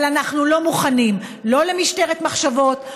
אבל אנחנו לא מוכנים לא למשטרת מחשבות,